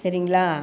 சரிங்களா